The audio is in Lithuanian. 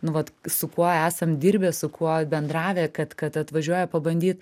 nu vat su kuo esam dirbę su kuo bendravę kad kad atvažiuoja pabandyt